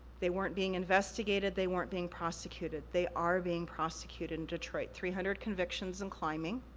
they weren't being investigated, they weren't being prosecuted, they are being prosecuted in detroit. three hundred convictions and climbing.